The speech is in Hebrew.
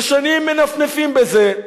ושנים מנפנפים בזה.